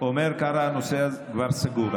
אומר קארה: הנושא הזה כבר סגור.